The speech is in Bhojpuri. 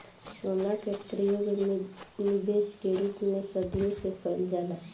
सोना के परयोग निबेश के रूप में सदियों से कईल जाला